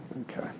Okay